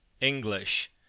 English